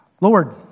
Lord